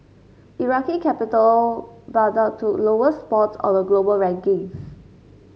Iraqi capital Baghdad took lowest spot on the global rankings